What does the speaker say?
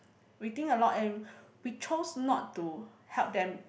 we think a lot and we chose not to help them